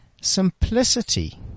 simplicity